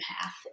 path